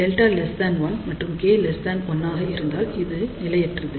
Δ1 மற்றும் K 1ஆக இருந்தால் இது நிலையற்றது